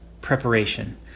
preparation